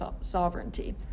sovereignty